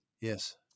Yes